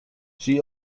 she